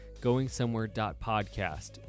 goingsomewhere.podcast